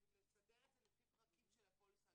לסדר את זה לפי פרקים של הפוליסה,